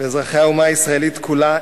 אזרחי האומה הישראלית כולה,